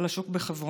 על השוק בחברון.